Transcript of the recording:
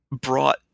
brought